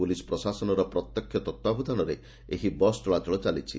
police ପ୍ରଶାସନର ପ୍ରତ୍ୟକ୍ଷ ତତ୍ତ୍ୱାବଧାନରେ ଏହି ବସ୍ ଚଳାଚଳ ଚାଲିଛି